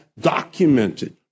documented